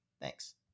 Thanks